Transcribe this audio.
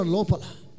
Lopala